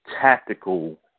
Tactical